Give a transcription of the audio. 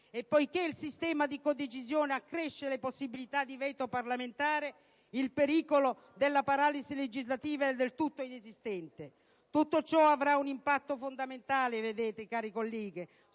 E poiché il sistema di codecisione accresce le possibilità di veto parlamentare, il pericolo della paralisi legislativa è del tutto inesistente. Tutto ciò avrà un impatto fondamentale sul cammino verso